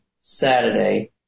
Saturday